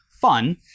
fun